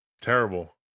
Terrible